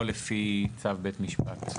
או לפי צו בית משפט.